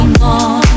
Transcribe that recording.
more